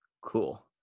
Cool